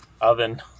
oven